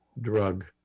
drug